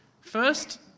first